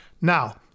Now